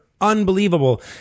unbelievable